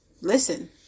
listen